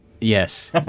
Yes